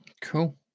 cool